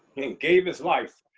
and gave his life,